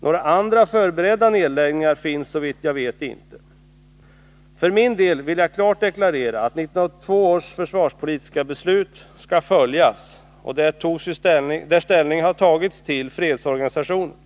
Några andra förberedda nedläggningar finns såvitt jag vet inte. För min del vill jag klart deklarera att 1982 års försvarspolitiska beslut skall följas. Där togs ju ställning till fredsorganisationen.